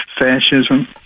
fascism